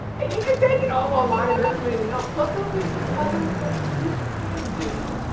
and you can take it all online and never do anything else. but there'll be some other things you can do.